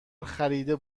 خریده